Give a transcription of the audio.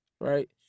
right